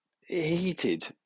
heated